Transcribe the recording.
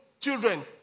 children